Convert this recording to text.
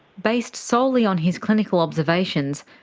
based solely on his clinical observations,